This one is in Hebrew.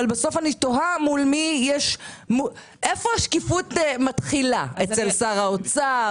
אבל בסוף אני תוהה איפה השקיפות מתחילה אצל שר האוצר?